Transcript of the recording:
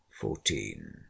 fourteen